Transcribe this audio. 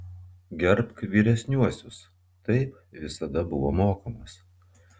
gerbk vyresniuosius taip visada buvo mokomas